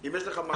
אם יש לך מה.